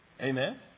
Amen